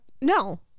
no